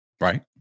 right